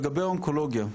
לגבי אונקולוגיה,